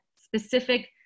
specific